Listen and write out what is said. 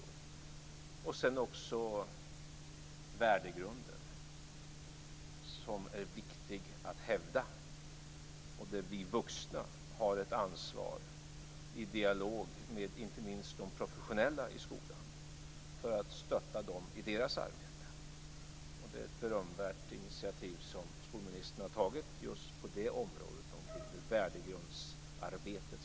Sedan handlar det också om värdegrunden, som är viktig att hävda. Vi vuxna har ett ansvar i dialog med inte minst de professionella i skolan för att stötta dem i deras arbete. Det är ett berömvärt initiativ som skolministern har tagit just på området omkring hur värdegrundsarbetet ska förstärkas i skolan.